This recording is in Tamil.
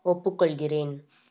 ஒப்புக்கொள்கிறேன்